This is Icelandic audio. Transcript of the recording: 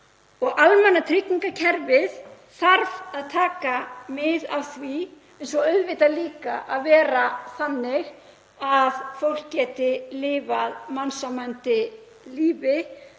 Almannatryggingakerfið þarf að taka mið af því en þarf auðvitað líka að vera þannig að fólk geti lifað mannsæmandi lífi